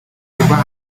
voir